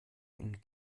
ihn